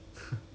ya lor